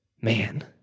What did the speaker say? man